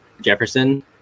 Jefferson